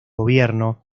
gobierno